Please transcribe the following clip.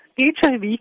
HIV